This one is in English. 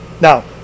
now